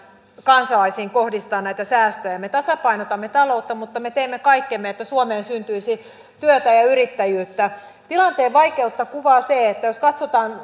kansalaisiin kohdistaa näitä säästöjä me tasapainotamme taloutta mutta me teemme kaikkemme että suomeen syntyisi työtä ja yrittäjyyttä tilanteen vaikeutta kuvaa se että jos katsotaan